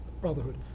Brotherhood